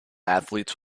athletes